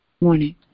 morning